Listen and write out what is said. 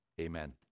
Amen